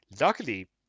Luckily